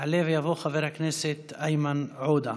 יעלה ויבוא חבר הכנסת איימן עודה.